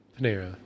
Panera